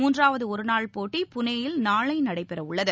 மூன்றாவதுஒருநாள் போட்டி புனே யில் நாளைநடைபெறவுள்ளது